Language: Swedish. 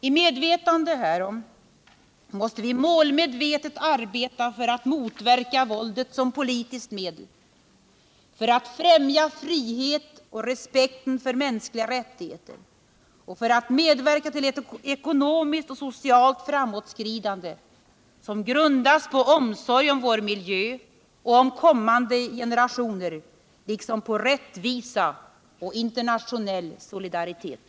I medvetande härom måste vi målmedvetet arbeta för att motverka våldet som politiskt medel, för att främja frihet och respekten för mänskliga rättigheter och för att medverka till ett ekonomiskt och socialt framåtskridande som grundas på omsorg om vår miljö och om kommande generationer liksom på rättvisa och internationell solidaritet.